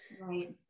right